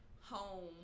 home